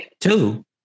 two